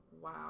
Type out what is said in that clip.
wow